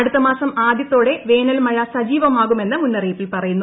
അടുത്ത മാസം ആദ്യത്തോടെ വേനൽമഴ സജീവമാകുമെന്ന് മുന്നറിയിപ്പിൽ പറയുന്നു